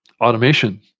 automation